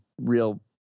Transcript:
real